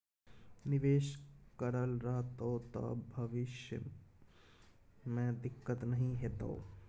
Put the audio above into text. निवेश करल रहतौ त भविष्य मे दिक्कत नहि हेतौ